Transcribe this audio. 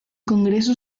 congreso